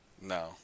No